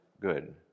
good